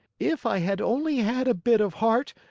if i had only had a bit of heart,